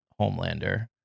Homelander